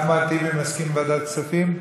אחמד טיבי, מסכים לוועדת כספים?